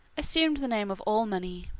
assumed the name of alemanni,